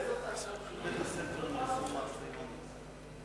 באיזה חצר של בית-ספר נעשו מעשי אונס?